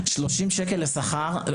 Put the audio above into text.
הוא